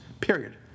Period